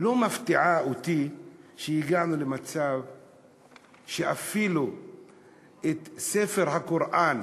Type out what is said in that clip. לא מפתיע אותי שהגענו למצב שאפילו ספר הקוראן,